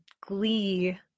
glee